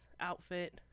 outfit